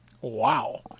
Wow